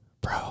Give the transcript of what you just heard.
Bro